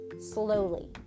slowly